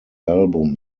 album